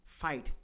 fight